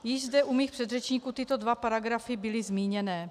Již zde u mých předřečníků tyto dva paragrafy byly zmíněny.